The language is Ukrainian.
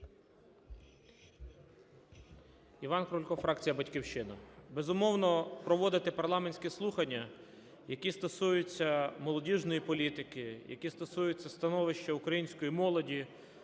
Іван Крулько, фракція "Батьківщина". Безумовно, проводити парламентські слухання, які стосуються молодіжної політики, які стосуються становища української молоді